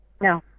No